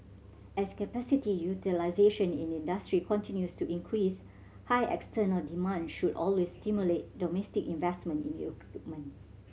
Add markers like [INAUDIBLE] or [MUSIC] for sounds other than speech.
as capacity utilisation in industry continues to increase high external demand should always stimulate domestic investment in [UNINTELLIGIBLE]